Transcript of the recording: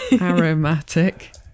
Aromatic